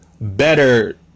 better